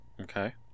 Okay